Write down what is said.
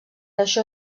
això